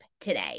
today